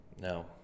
No